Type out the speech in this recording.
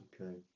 Okay